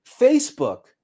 Facebook